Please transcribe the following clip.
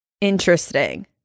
Interesting